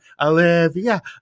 Olivia